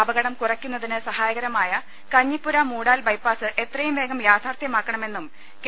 അപകടം കുറയ്ക്കുന്നതിന് സഹായകരമായ കഞ്ഞിപ്പുര മൂടാൽ ബൈപ്പാസ് എത്രയും വേഗം യാഥാർത്ഥ്യമാക്കണമെന്നും കെ